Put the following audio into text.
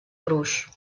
gruix